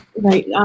Right